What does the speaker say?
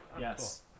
Yes